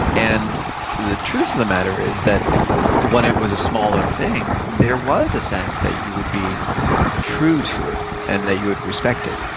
and the truth of the matter is that when it was a smaller thing there was a sense that you would be true to it and that you would respect it.